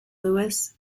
louis